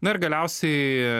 na ir galiausiai